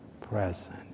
present